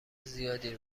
زیادی